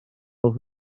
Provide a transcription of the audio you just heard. gloch